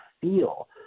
feel